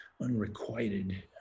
unrequited